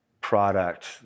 product